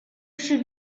should